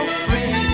free